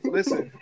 Listen